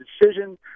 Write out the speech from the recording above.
decision